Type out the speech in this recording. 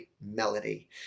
melody